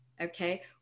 okay